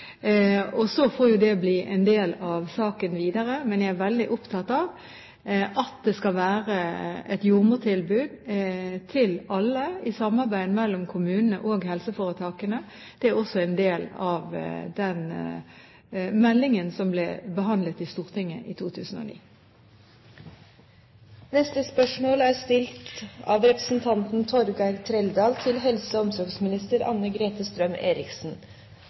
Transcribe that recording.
Så får jo det bli en del av saken videre. Men jeg er veldig opptatt av at det skal være et jordmortilbud til alle, i samarbeid mellom kommunene og helseforetakene. Det er også en del av den meldingen som ble behandlet i Stortinget i 2009. «Helse Nord skal på neste styremøte bestemme om de skal starte byggingen av